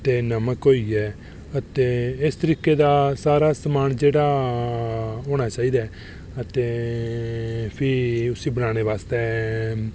ते नमक होई आ ते इस तरीके दा समान जेह्ड़ा होना चाहिदा ते फ्ही उसी बनाने आस्तै ते